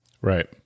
Right